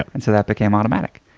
and so that became automattic.